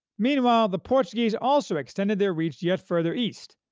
meanwhile, the portuguese also extended their reach yet further east,